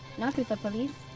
not with the police,